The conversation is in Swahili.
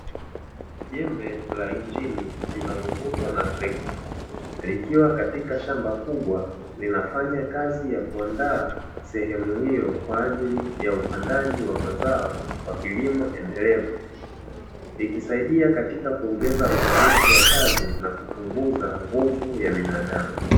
Jembe la injini, linalovutwa na trekta, likiwa katika shamba kubwa, linafanya kazi ya kuandaa sehemu hiyo, kwa ajili ya upandaji wa mazao kwa kilimo endelevu, likisaidia katika kuongeza ufanisi wa kazi, na kupunguza nguvu ya binadamu.